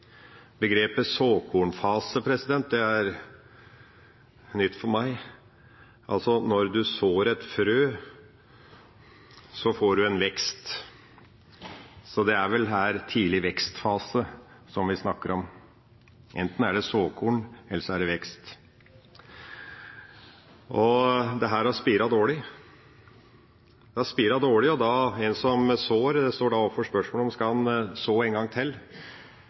Begrepet såkornfase er nytt for meg. Når man sår et frø, får man en vekst, så det er vel tidlig vekstfase man snakker om her. Enten er det såkorn, eller så er det vekst. Dette har spiret dårlig. Det har spiret dårlig, og den som sår, står da overfor spørsmålet om man skal så en gang til,